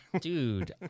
Dude